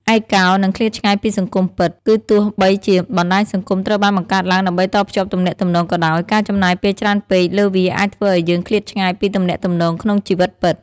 ឯកោ និងឃ្លាតឆ្ងាយពីសង្គមពិត គឺទោះបីជាបណ្ដាញសង្គមត្រូវបានបង្កើតឡើងដើម្បីតភ្ជាប់ទំនាក់ទំនងក៏ដោយ ការចំណាយពេលច្រើនពេកលើវាអាចធ្វើឱ្យយើងឃ្លាតឆ្ងាយពីទំនាក់ទំនងក្នុងជីវិតពិត។